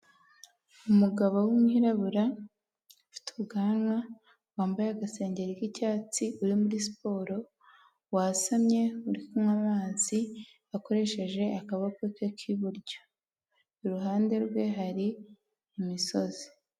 Umugabo w'umwirabura ufite ubwanwa wambaye agasengeri k'icyatsi uri muri siporo wasamye uri kunywa amazi akoresheje akaboko ke k'iburyo iruhande rwe hari imisozi.